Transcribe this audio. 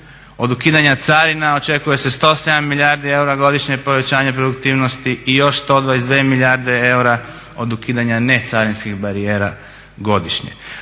Od ukidanja carina očekuje se 107 milijardi eura godišnje, povećanje produktivnosti i još 122 milijarde eura od ukidanja necarinskih barijera godišnje.